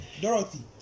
dorothy